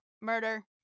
murder